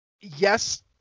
Yes